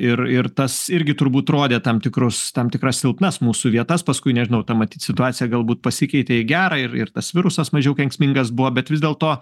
ir ir tas irgi turbūt rodė tam tikrus tam tikras silpnas mūsų vietas paskui nežinau ta matyt situacija galbūt pasikeitė į gerą ir ir tas virusas mažiau kenksmingas buvo bet vis dėlto